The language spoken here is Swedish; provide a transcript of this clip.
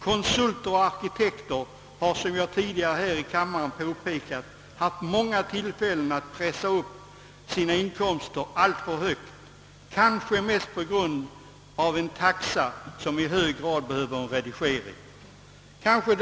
Konsulter och arkitekter har, som jag påpekat tidigare här i kammaren, haft många tillfällen att pressa upp sina inkomster alltför högt, kanske mest tack vare en taxa som i hög grad behöver revideras.